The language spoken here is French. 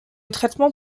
traitement